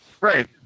Right